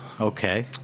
Okay